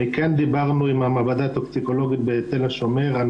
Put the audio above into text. דיברנו עם המעבדה הטוקסיקולוגית בתל השומר.